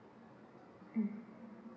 mm